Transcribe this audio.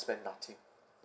spend nothing